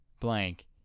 blank